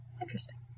interesting